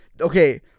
Okay